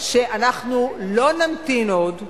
שאנחנו לא נמתין עוד,